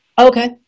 Okay